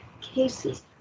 cases